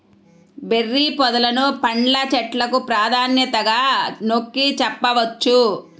berry పొదలను పండ్ల చెట్లకు ప్రాధాన్యతగా నొక్కి చెప్పవచ్చు